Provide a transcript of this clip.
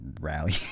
rally